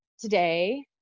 today